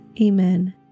Amen